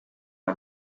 nka